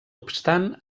obstant